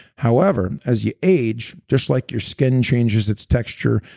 however, as you age, just like your skin changes its texture,